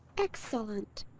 excellent!